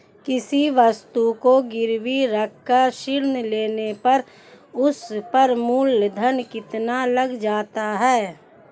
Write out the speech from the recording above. किसी वस्तु को गिरवी रख कर ऋण लेने पर उस पर मूलधन कितना लग जाता है?